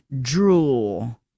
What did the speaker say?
drool